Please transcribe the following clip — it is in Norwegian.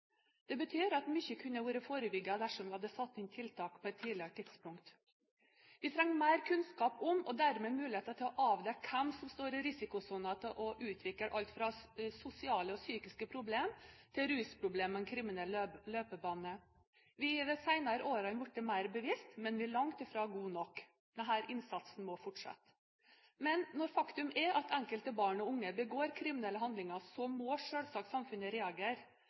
Det betyr at mye kunne ha vært forebygget dersom vi hadde satt inn tiltak på et tidligere tidspunkt. Vi trenger mer kunnskap om, og dermed muligheter til å avdekke, hvem som er i risikosonen for å utvikle alt fra sosiale og psykiske problemer til rusproblemer og en kriminell løpebane. Vi er de senere årene blitt mer bevisst, men vi er langt fra gode nok. Denne innsatsen må fortsette! Men når faktum er at enkelte barn og unge begår kriminelle handlinger, må selvsagt samfunnet reagere.